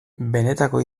benetako